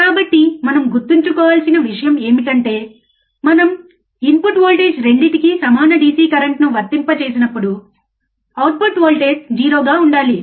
కాబట్టి మనం గుర్తుంచుకోవలసిన విషయం ఏంటి అంటే మనం ఇన్పుట్ వోల్టేజ్ రెండింటికీ సమాన DC కరెంట్ను వర్తింపజేసినప్పుడు అవుట్పుట్ వోల్టేజ్ 0 గా ఉండాలి